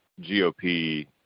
GOP